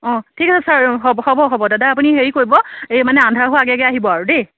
অঁ ঠিক আছে ছাৰ হ'ব হ'ব হ'ব দাদা আপুনি হেৰি কৰিব এই মানে আন্ধাৰ হোৱাৰ আগে আগে আহিব আৰু দেই